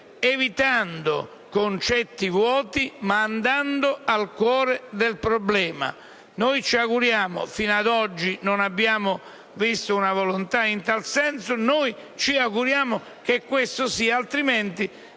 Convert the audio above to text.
evitando concetti vuoti, ma andando al cuore del problema. Noi ci auguriamo, anche se fino ad oggi non abbiamo visto una volontà in tal senso, che questo si faccia. Altrimenti